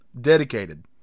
dedicated